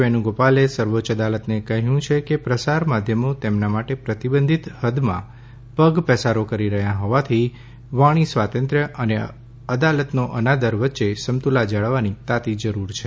વેણુગોપાલે સર્વોચ્ય અદાલતને કહ્યું છે કે પ્રસાર માધ્યમો તેમના માટે પ્રતિબંધિત હૃદમાં પગપેસારો કરી રહ્યા હોવાથી વાણી સ્વાતંત્ર્ય અને અદાલતનો અનાદર વચ્ચે સમતુલા જાળવવાની તાતી જરૂર છે